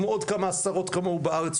כמו עוד כמה עשרות כמוהו בארץ,